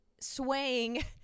swaying